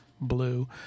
blue